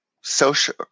social